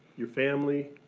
your family,